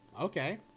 Okay